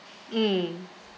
mm